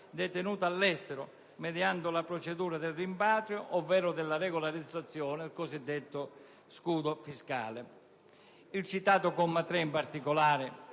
detenute all'estero mediante la procedura del rimpatrio ovvero della regolarizzazione (il cosiddetto scudo fiscale). Il citato comma 3, in particolare,